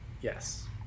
Yes